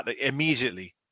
immediately